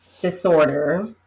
disorder